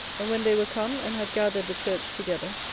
and when they were come, and had gathered the church together,